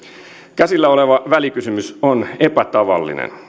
käsillä oleva välikysymys on epätavallinen